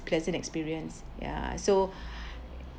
pleasant experience ya so